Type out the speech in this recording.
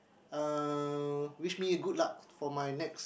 uh wish me a good luck for my next